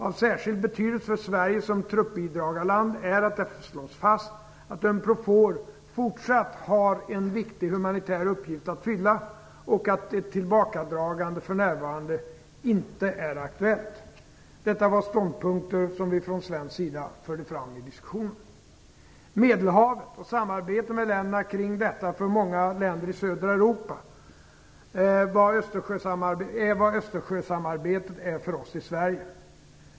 Av särskild betydelse för Sverige som truppindragarland är att där slås fast att Unprofor fortsatt har en viktig humanitär uppgift att fylla och att ett tillbakadragande för närvarande inte är aktuellt. Detta var ståndpunkter som vi från svensk sida förde fram i diskussionerna. Medelhavet och samarbete med länderna kring detta är för många länder i södra Europa vad Östersjösamarbetet är för oss i Sverige.